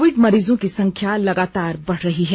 Covid मरीजों की संख्या लगातार बढ़ रही है